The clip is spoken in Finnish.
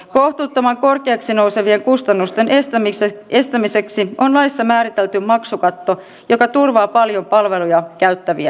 kohtuuttoman korkeaksi nousevien kustannusten estämiseksi on laissa määritelty maksukatto joka turvaa paljon palveluja käyttävien aseman